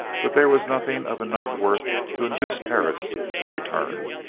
but there was nothing of enough worth to induce perris to return,